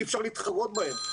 אי אפשר להתחרות בהם,